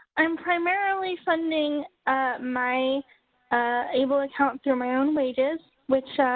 i am primarily funding my able account through my own wages which,